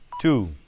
two